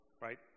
right